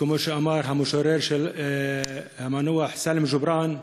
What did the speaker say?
וכמו שאמר המשורר המנוח סאלם ג'ובראן,